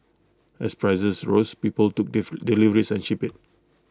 as prices rose people took diff deliveries and shipped IT